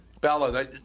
Bella